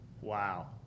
wow